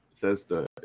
Bethesda